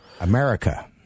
America